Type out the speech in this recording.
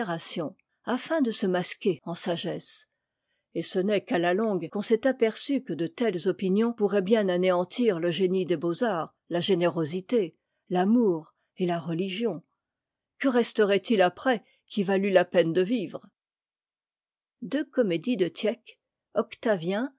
afin de se masquer en sagesse et ce n'est qu'à la longue qu'on s'est aperçu que de telles opinions pourraient bien anéantir le génie des beauxarts la générosité l'amour et la religion que resterait-il après qui valût la peine de vivre deux comédies de tieck octavien